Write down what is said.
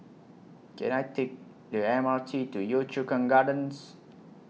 Can I Take The M R T to Yio Chu Kang Gardens